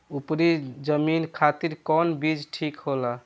उपरी जमीन खातिर कौन बीज ठीक होला?